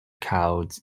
called